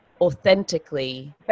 authentically